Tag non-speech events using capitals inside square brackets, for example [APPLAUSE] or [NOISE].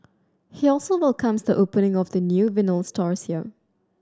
he also welcomes the opening of the new [UNINTELLIGIBLE] stores here